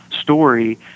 story